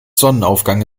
sonnenaufgang